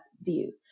view